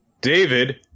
David